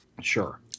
sure